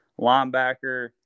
linebacker